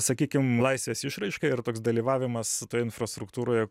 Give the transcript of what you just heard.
sakykim laisvės išraiška ir toks dalyvavimas infrastruktūroje